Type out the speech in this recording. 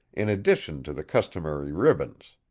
in addition to the customary ribbons.